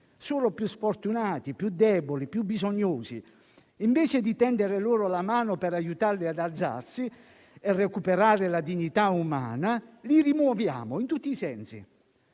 solo più sfortunati, deboli e bisognosi. Invece di tendere loro la mano per aiutarli ad alzarsi e recuperare la dignità umana, li rimuoviamo in tutti i sensi.